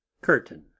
curtain